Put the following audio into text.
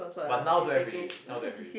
but now don't have already now don't have already